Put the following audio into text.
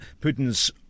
Putin's